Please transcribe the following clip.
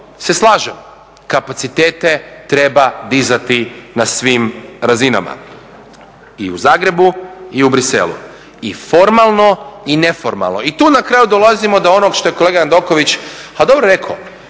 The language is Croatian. se slažem, kapacitete treba dizati na svim razinama. I u Zagrebu i u Bruxellesu, i formalno i neformalno. I tu na kraju dolazimo do onog što je kolega Jandroković, a dobro je rekao,